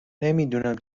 نمیدونم